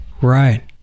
Right